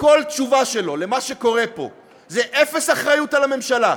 כל תשובה שלו למה שקורה פה זה אפס אחריות על הממשלה,